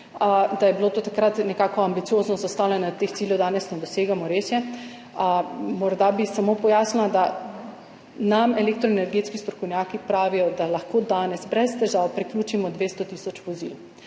da je bilo to takrat nekako ambiciozno zastavljeno, da teh ciljev danes ne dosegamo. Res je. Morda bi samo pojasnila, da nam elektroenergetski strokovnjaki pravijo, da lahko danes brez težav priključimo 200 tisoč vozil.